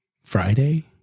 Friday